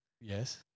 yes